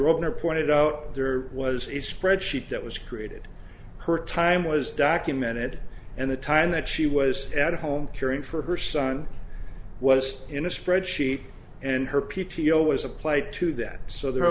are pointed out there was a spreadsheet that was created her time was documented and the time that she was at home caring for her son was in a spreadsheet and her p t o was applied to that so there